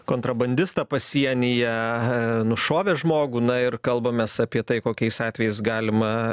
kontrabandistą pasienyje nušovė žmogų na ir kalbamės apie tai kokiais atvejais galima